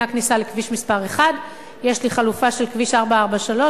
הכניסה לכביש 1. יש חלופה של כביש 443,